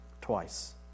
twice